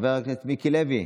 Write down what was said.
חבר הכנסת גדי איזנקוט,